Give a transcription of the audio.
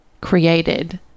created